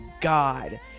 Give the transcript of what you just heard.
God